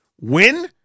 win